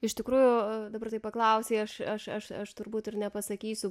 iš tikrųjų dabar taip paklausei aš aš aš aš turbūt ir nepasakysiu